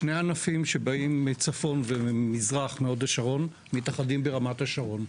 שני ענפים שבאים מצפון ומזרח מהוד השרון מתאחדים ברמת השרון,